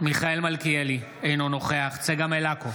מיכאל מלכיאלי, אינו נוכח צגה מלקו,